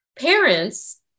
parents